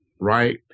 right